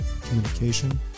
communication